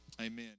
Amen